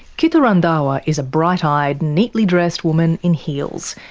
kittu randhawa is a bright-eyed, neatly dressed woman in heels,